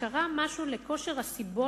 שקרה משהו לסבולת